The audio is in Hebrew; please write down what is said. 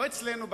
לא אצלנו בכנסת.